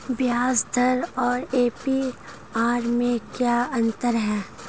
ब्याज दर और ए.पी.आर में क्या अंतर है?